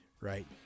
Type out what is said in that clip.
right